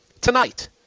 tonight